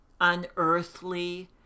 unearthly